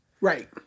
Right